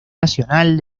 nacional